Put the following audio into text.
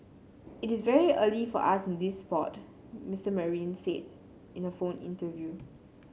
it's very early for us in sport Mister Marine said in a phone interview